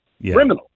criminal